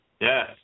Yes